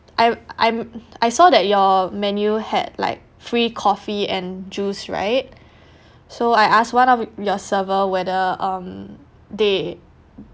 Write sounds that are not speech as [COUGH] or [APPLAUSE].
I I'm I saw that your menu had like free coffee and juice right [BREATH] so I asked one of your server whether um they